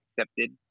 accepted